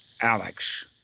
Alex